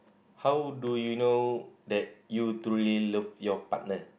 how do you know that you truly love your partner